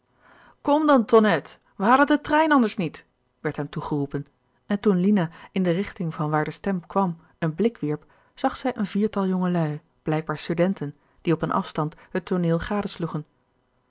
kom dan tonnette we halen den trein anders niet werd hem toegeroepen en toen lina in de richting van waar de stem kwam een blik wierp zag zij een viertal jongelui blijkbaar studenten die op een afstand het tooneel gadesloegen